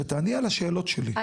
שתעני על השאלות שלי,